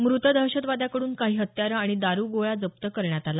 मृत दहशतवाद्याकडून काही हत्यारं आणि दारुगोळा जप्त करण्यात आला